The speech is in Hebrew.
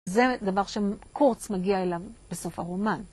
זה דבר שקורץ מגיע אליו בסוף הרומן.